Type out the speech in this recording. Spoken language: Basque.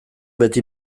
beti